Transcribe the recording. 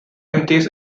empties